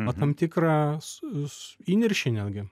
o tam tikrą su su įniršį netgi